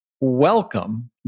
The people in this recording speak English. welcome